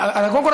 קודם כול,